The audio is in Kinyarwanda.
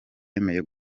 yemeye